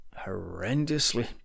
horrendously